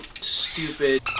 stupid